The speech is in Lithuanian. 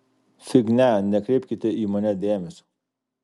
fignia nekreipkite į mane dėmesio